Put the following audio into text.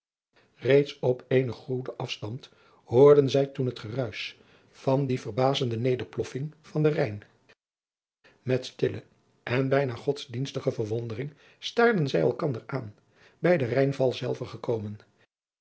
reeds op eenen goeden afstand hoorden zij toen het geruisch van die verbazende nederploffing van den rhijn met stille en bijna godsdienstige verwondering staarden zij elkander aan bij den rhijnval zelven gekomen